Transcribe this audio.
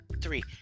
three